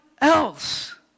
else